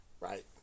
right